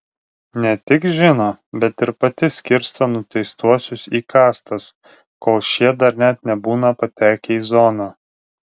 ne tik žino bet ir pati skirsto nuteistuosius į kastas kol šie dar net nebūna patekę į zoną